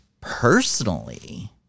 personally